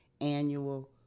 Annual